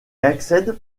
accède